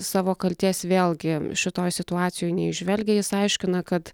savo kaltės vėlgi šitoj situacijoj neįžvelgia jis aiškina kad